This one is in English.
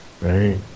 Right